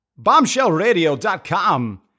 bombshellradio.com